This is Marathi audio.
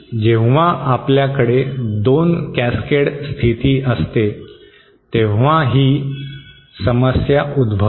जेव्हा आपल्याकडे 2 कॅसकेड स्थिती असते तेव्हा ही समस्या उद्भवते